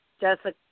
Jessica